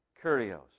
Curios